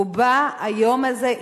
הוא בא היום הזה,